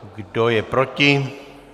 Kdo je proti?